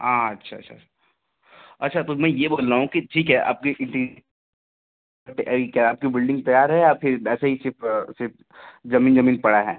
अच्छा छा अच्छा तो मैं ये बोल रहा हूँ कि ठीक है आपके इंटीर यर पर क्या आपकी बिल्डिंग तैयार है या फिर ऐसे ही सिर्फ सिर्फ जमीन जमीन पड़ा है